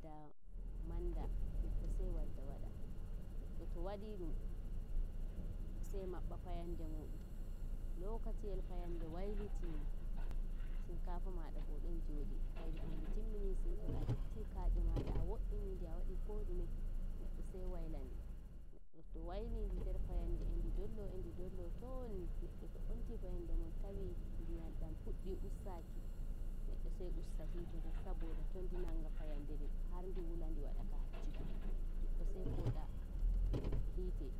Ngadda manda neɗɗo sai wadda wada neɗɗo to wadi dum sai maɓɓa fayande muɗum lokaciyel fayande wailiti shinkafa mada bo don godi hairi bo ndi timmini simtol a itti kaye mada a wadi ko dume neddo sai waila ndi to waili ndi nder fayande endi dollo endi dollo toon neddo to omti fayande mudum tawi ndiyam dam fuddi ustaki neɗɗo sai usta yite ngan saboda to ndi nanga fayande har ndi wuta ndi wada ka haccuki neddo sai fooda hite